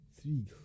three